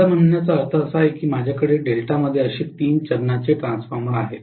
माझ्या म्हणण्याचा अर्थ असा आहे की माझ्याकडे डेल्टामध्ये असे तीन चरणांचे ट्रान्सफॉर्मर आहे